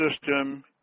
system